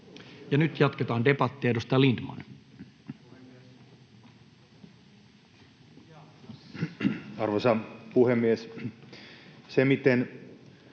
Nyt jatketaan debattia. — Edustaja Lindtman. Arvoisa puhemies!